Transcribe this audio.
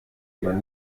man